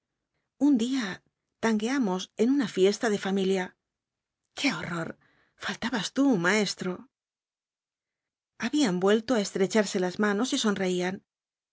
un día tangueamos en una ñesta de familia qué horror faltabas tú maestro habían vuelto á estrecharse las manos y sonreían